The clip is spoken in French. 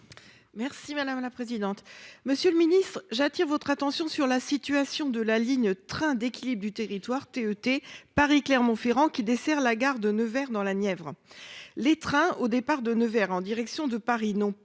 Merci madame la présidente. Monsieur le Ministre, j'attire votre attention sur la situation de la ligne trains d'équilibre du territoire TNT Paris-Clermont-Ferrand qui dessert la gare de Nevers dans la Nièvre les trains au départ de Nevers en direction de Paris n'ont pas